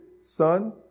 son